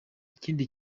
ikindi